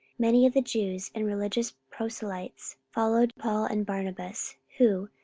many of the jews and religious proselytes followed paul and barnabas who,